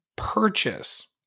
Purchase